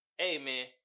Amen